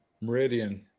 Meridian